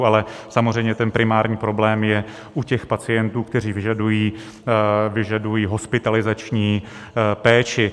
Ale samozřejmě ten primární problém je u těch pacientů, kteří vyžadují hospitalizační péči.